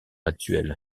actuel